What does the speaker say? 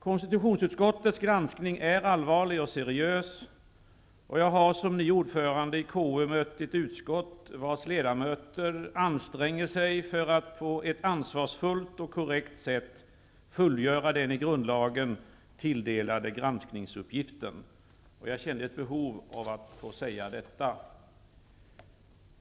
Konstitutionsutskottets granskning är allvarlig och seriös, och jag har som ny ordförande i KU mött ett utskott, vars ledamöter anstränger sig för att på ett ansvarsfullt och korrekt sätt fullgöra den enligt grundlagen tilldelade granskningsuppgiften. Jag kände ett behov av att få säga detta.